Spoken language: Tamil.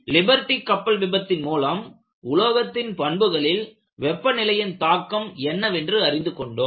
லிபெர்ட்டி கப்பல் விபத்தின் மூலம் உலோகத்தின் பண்புகளில் வெப்ப நிலையின் தாக்கம் என்னவென்று அறிந்து கொண்டோம்